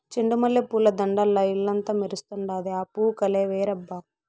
చెండు మల్లె పూల దండల్ల ఇల్లంతా మెరుస్తండాది, ఆ పూవు కలే వేరబ్బా